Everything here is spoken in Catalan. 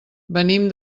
venim